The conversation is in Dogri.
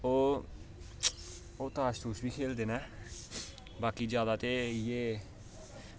ओह् ओह् ताश तुश बी खेल्लदे न बाकी जैदा ते इयै